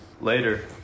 Later